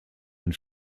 und